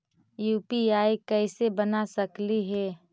UPI कैसे बना सकली हे?